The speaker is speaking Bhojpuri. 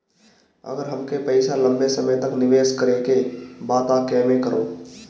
अगर हमके पईसा लंबे समय तक निवेश करेके बा त केमें करों?